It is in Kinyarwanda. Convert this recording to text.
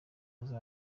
b’ejo